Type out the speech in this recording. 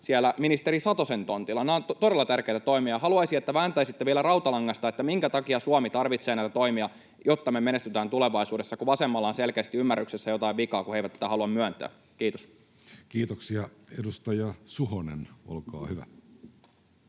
siellä ministeri Satosen tontilla. Nämä ovat todella tärkeitä toimia. Haluaisin, että vääntäisitte vielä rautalangasta, minkä takia Suomi tarvitsee näitä toimia, jotta me menestytään tulevaisuudessa, kun vasemmalla on selkeästi ymmärryksessä jotain vikaa, kun eivät sitä halua myöntää. — Kiitos. [Speech